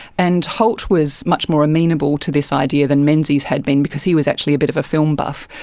and holt was much more amenable to this idea than menzies had been because he was actually a bit of a film buff,